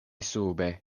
sube